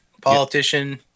politician